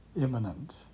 imminent